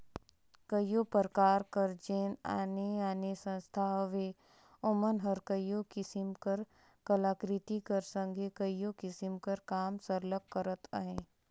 कइयो परकार कर जेन आने आने संस्था हवें ओमन हर कइयो किसिम कर कलाकृति कर संघे कइयो किसिम कर काम सरलग करत अहें